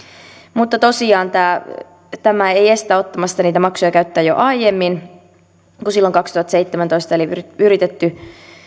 mutta tosiaan tämä tämä ei estä ottamasta niitä maksuja käyttöön jo aiemmin kuin silloin kaksituhattaseitsemäntoista eli on yritetty